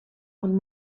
ond